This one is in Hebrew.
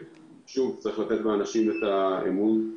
צריך לתת באנשים את האמון.